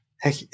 Heck